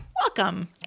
Welcome